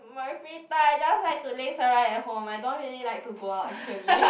my free time I just like to laze around at home I don't really like to go out actually